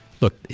look